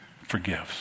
forgives